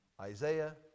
Isaiah